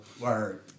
Word